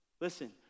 Listen